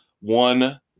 One